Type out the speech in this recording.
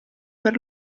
per